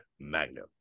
Magnum